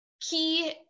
key